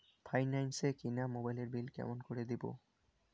Finance এ কিনা মোবাইলের বিল কেমন করে দিবো?